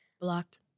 Blocked